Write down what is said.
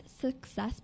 Success